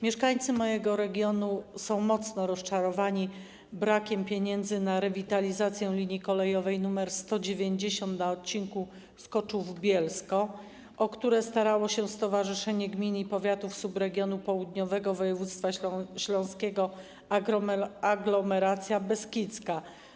Mieszkańcy mojego regionu są mocno rozczarowani brakiem pieniędzy na rewitalizację linii kolejowej nr 190 na odcinku Skoczów - Bielsko, o które starało się Stowarzyszenie Gmin i Powiatów Subregionu Południowego Województwa Śląskiego Aglomeracja Beskidzka.